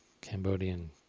Cambodian